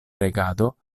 regado